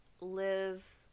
live